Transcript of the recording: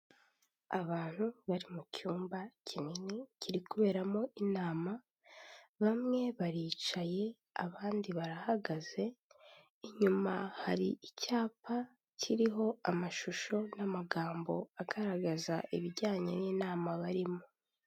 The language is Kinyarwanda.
Abantu bari mu cyumba kinini kiri kuberamo inama bamwe baricaye abandi barahagaze inyuma hari icyapa kiriho amashusho n'amagambo agaragaza ibijyanye n'inama barimo.